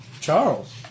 Charles